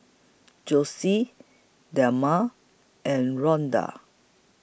Josef Delma and Rondal